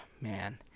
man